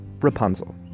Rapunzel